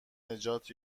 نجات